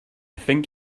think